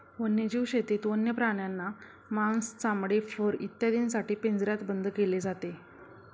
वन्यजीव शेतीत वन्य प्राण्यांना मांस, चामडे, फर इत्यादींसाठी पिंजऱ्यात बंद केले जाते